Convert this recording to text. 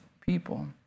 people